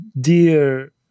dear